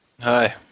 Hi